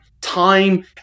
time